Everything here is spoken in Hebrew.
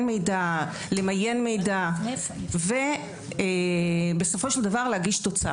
מידע, למיין מידע, ובסופו של דבר להגיש תוצר.